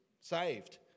saved